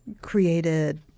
created